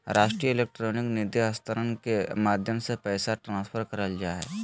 राष्ट्रीय इलेक्ट्रॉनिक निधि अन्तरण के माध्यम से पैसा ट्रांसफर करल जा हय